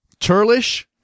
turlish